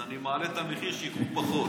אז אני מעלה את המחיר, שיאכלו פחות.